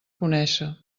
conéixer